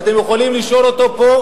ואתם יכולים לשאול אותו פה.